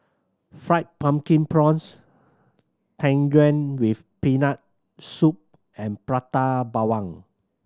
Fried Pumpkin Prawns Tang Yuen with Peanut Soup and Prata Bawang